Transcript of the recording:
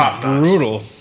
brutal